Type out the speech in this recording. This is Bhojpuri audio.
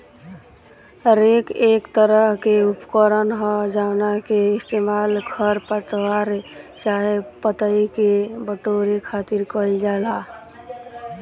रेक एक तरह के उपकरण ह जावना के इस्तेमाल खर पतवार चाहे पतई के बटोरे खातिर कईल जाला